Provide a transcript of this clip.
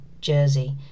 jersey